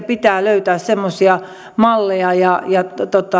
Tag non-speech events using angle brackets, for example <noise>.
<unintelligible> pitää löytää semmoisia malleja ja ja